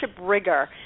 rigor